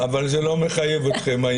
אבל זה לא מחייב אתכם.